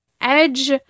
edge